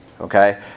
okay